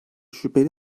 şüpheli